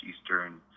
Eastern